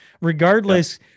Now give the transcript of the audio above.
Regardless